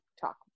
talk